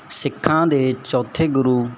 ਸਿੱਖਾਂ ਦੇ ਚੌਥੇ ਗੁਰੂ